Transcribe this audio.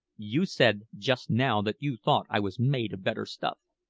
you said just now that you thought i was made of better stuff.